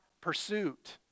pursuit